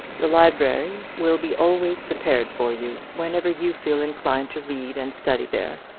the library will be always prepared for you whenever you feel inclined to read and study there,